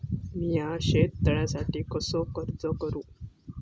मीया शेत तळ्यासाठी कसो अर्ज करू?